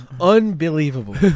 unbelievable